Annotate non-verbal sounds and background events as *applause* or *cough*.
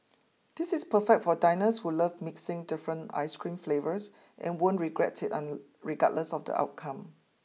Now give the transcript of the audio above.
this is perfect for diners who love mixing different ice cream flavours and won't regret it *unintelligible* and regardless of the outcome